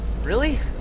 really?